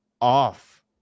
off